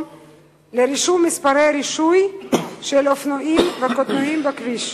מספרי רישוי של אופנועים וקטנועים בכביש.